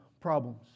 problems